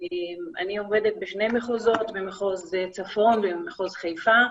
אני עובדת שבני מחוזות במחוז צפון ובמחוז חיפה,